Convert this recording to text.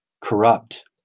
corrupt